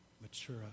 mature